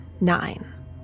Nine